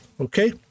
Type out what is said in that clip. okay